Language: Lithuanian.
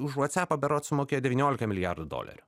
už vuocepą berods sumokėjo devyniolika milijardų dolerių